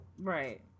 Right